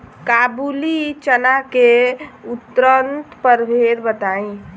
काबुली चना के उन्नत प्रभेद बताई?